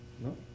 No